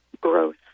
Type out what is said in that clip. growth